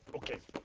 okay.